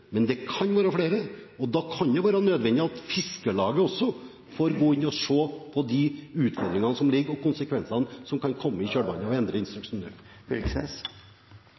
men det kan være flere. Da kan det være nødvendig at Fiskarlaget også må gå inn og se på de utfordringene som er, og konsekvensene som kan komme i kjølvannet av å endre instruksen nå.